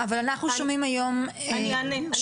אבל אנחנו שומעים היום שיש